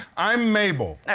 i'm mabel. and